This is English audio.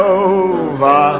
over